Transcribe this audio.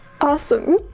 Awesome